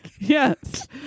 Yes